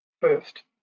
First